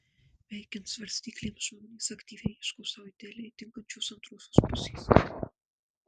veikiant svarstyklėms žmonės aktyviai ieško sau idealiai tinkančios antrosios pusės